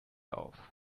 auf